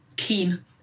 keen